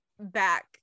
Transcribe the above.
back